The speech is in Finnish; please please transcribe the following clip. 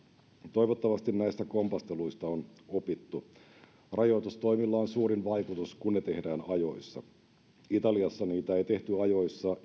toivottavasti näistä kompasteluista on opittu rajoitustoimilla on suurin vaikutus kun ne tehdään ajoissa italiassa niitä ei tehty ajoissa